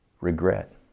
regret